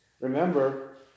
Remember